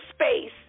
space